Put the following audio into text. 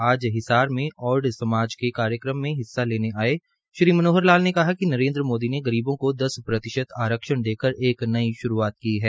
आज हिसार में औड समाज के कार्यक्रम में हिस्सा लेने आये श्री मनोहर लाल ने कहा कि नरेन्द्र मोदी ने गरीबों को दस प्रतिशत आरक्षण देकर कर एक नई श्रूआत की है